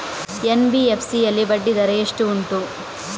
NBFC ಯಲ್ಲಿ ಬಡ್ಡಿ ದರ ಎಷ್ಟು ಉಂಟು?